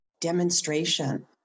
demonstration